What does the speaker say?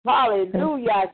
Hallelujah